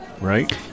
right